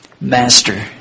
Master